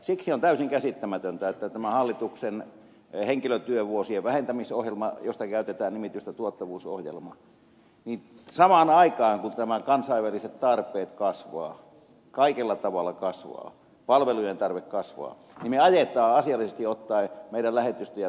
siksi on täysin käsittämätöntä että tämän hallituksen henkilötyövuosien vähentämisohjelman vuoksi josta käytetään nimitystä tuottavuusohjelma samaan aikaan kun nämä kansainväliset tarpeet kasvavat kaikella tavalla kasvavat palvelujen tarve kasvaa niin me ajamme asiallisesti ottaen meidän lähetystöjä työkyvyttömään tilaan